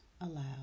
aloud